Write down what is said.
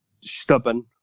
stubborn